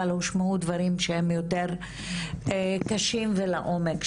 אבל הושמעו דברים שהם יותר קשים ולעומק,